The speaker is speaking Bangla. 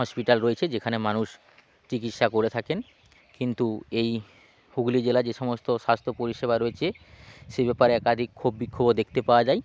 হসপিটাল রয়েছে যেখানে মানুষ চিকিৎসা করে থাকেন কিন্তু এই হুগলি জেলায় যে সমস্ত স্বাস্থ্য পরিষেবা রয়েছে সেই ব্যাপারে একাধিক ক্ষোভ বিক্ষোভও দেখতে পাওয়া যায়